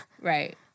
right